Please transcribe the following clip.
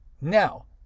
Now